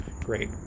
Great